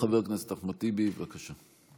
חבר הכנסת אחמד טיבי, בבקשה.